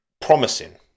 promising